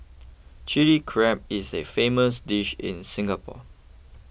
Chilli Crab is a famous dish in Singapore